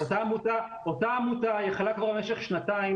אותה עמותה יכלה כבר במשך שנתיים,